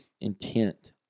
intent